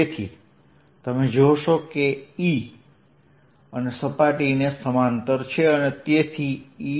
તેથી તમે જોશો કે E અને સપાટી સમાંતર છે અને તેથી E